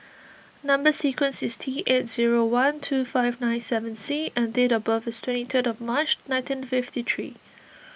Number Sequence is T eight zero one two five nine seven C and date of birth is twenty third of March nineteen fifty three